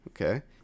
okay